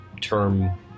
term